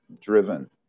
driven